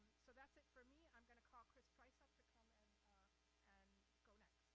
so that's it for me. i'm gonna call chris price up to come and go next.